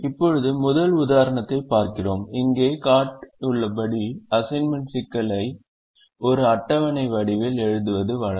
இப்போது முதல் உதாரணத்தைப் பார்க்கிறோம் இங்கே காட்டப்பட்டுள்ளபடி அசைன்மென்ட் சிக்கலை ஒரு அட்டவணை வடிவில் எழுதுவது வழக்கம்